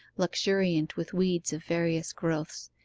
luxuriant with weeds of various growths,